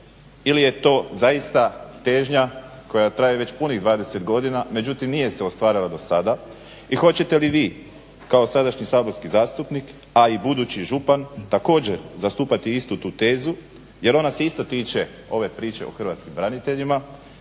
ili je to zaista težnja koja traje već punih 20 godina, međutim nije se ostvarila do sada. I hoćete li vi kao sadašnji saborski zastupnik, a i budući župan također zastupati istu tu tezu jer ona se isto tiče ove priče o hrvatskim braniteljima